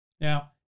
Now